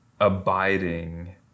abiding